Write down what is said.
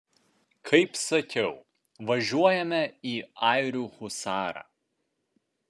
kaip sakiau važiuojame į airių husarą